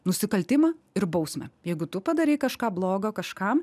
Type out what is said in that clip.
nusikaltimą ir bausmę jeigu tu padarei kažką bloga kažkam